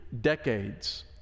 decades